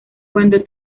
cuando